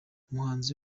umuhanzi